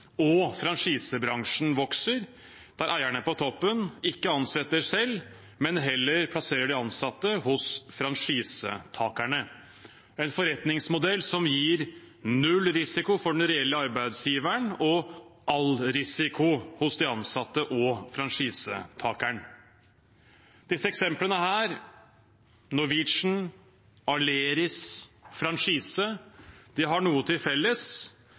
og franchisebransjen vokser, der eierne på toppen ikke ansetter selv, men heller plasserer de ansatte hos franchisetakerne. Det er en forretningsmodell som gir null risiko for den reelle arbeidsgiveren, og all risiko hos de ansatte og franchisetakeren. Disse eksemplene – Norwegian, Aleris, franchise – har noe til felles,